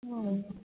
অঁ